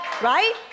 right